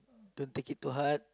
don't take it too hard